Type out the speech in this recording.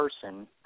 person